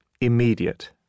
immediate